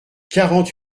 quarante